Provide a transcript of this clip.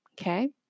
okay